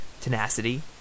tenacity